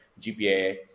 GPA